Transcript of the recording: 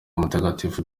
mutagatifu